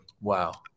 Wow